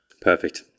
Perfect